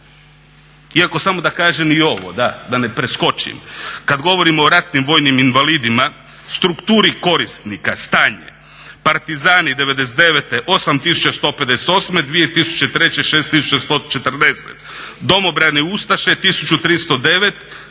iako samo da kažem i ovo, da, da ne preskočim, kada govorimo o ratnim vojnim invalidima, strukturi korisnika, stanje, Partizani '99. 8 tisuća 158, 2003. 6 tisuća 140. Domobrani i ustaše 1309,